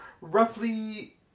roughly